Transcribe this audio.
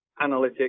analytics